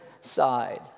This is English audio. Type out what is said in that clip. side